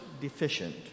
deficient